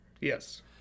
Yes